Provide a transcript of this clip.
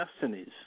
destinies